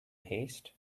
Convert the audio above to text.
haste